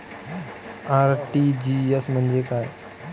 RTGS म्हंजे काय होते?